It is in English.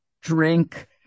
drink